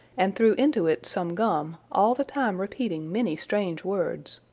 and threw into it some gum, all the time repeating many strange words.